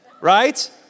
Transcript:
right